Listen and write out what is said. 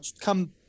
come